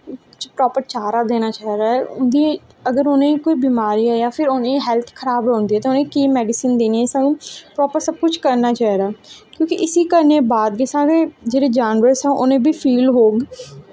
proper चारा देना चाही दा ऐ उंदी अगर उ'नेंगी कोई बमारी ऐ जा हैल्थ खराब होई जंदी ऐ ते उ'नेंगी केह् मैडिसीन देनीं ऐं साह्नू प्रापर सब कुश करनां चाही दा क्योंकि इसी करनें दे बाद गै साढ़े जेह्ड़े जानवर उनेंगी बी फील हो